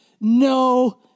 no